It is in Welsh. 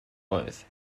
oedd